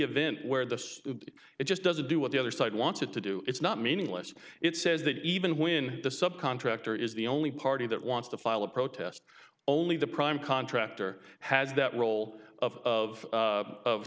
event where the it just doesn't do what the other side wants it to do it's not meaningless it says that even when the subcontractor is the only party that wants to file a protest only the prime contractor has that role of of